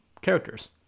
characters